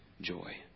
joy